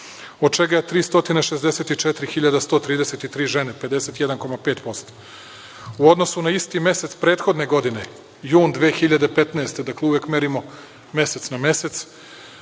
Od čega je 364.133 žene – 51,5%. U odnosu na isti mesec prethodne godine jun 2015, dakle, uvek merimo mesec na mesec,